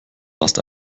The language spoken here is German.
warst